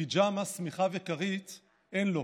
פיג'מה, שמיכה וכרית אין לו.